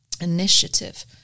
initiative